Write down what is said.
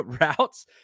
routes –